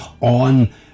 on